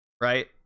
Right